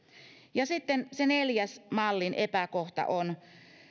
ja sitten se neljäs mallin epäkohta on